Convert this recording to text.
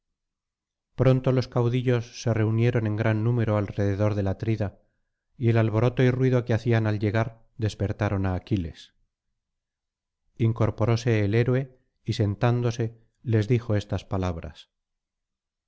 pronto los caudillos se reunieron en gran número alrededor del atrida y el alboroto y ruido que hacían al llegar despertaron á aquiles incorporóse el héroe sentándose les dijo estas palabras